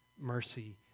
Mercy